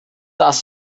das